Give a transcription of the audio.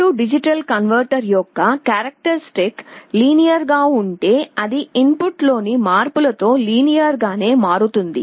A D converter యొక్క characteristic linear గా ఉంటే అది ఇన్పుట్లోని మార్పులతో లినియర్ గానే మారుతుంది